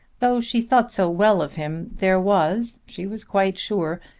though she thought so well of him there was, she was quite sure,